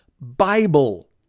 Bible